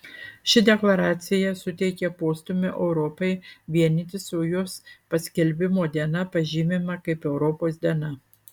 ši deklaracija suteikė postūmį europai vienytis o jos paskelbimo diena pažymima kaip europos diena